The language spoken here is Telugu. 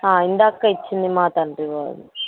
ఇందాక ఇచ్చింది మా తండ్రి వారిది